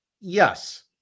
Yes